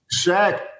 Shaq